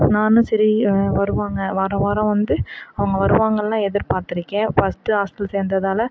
நானும் சரி வருவாங்க வாரம் வாரம் வந்து அவங்க வருவாங்கனுலாம் எதிர்பார்த்திருக்கேன் ஃபஸ்ட்டு ஹாஸ்டல் சேர்ந்ததால